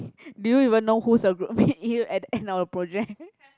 do you even know who's your group mate even at the end of the project